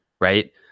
right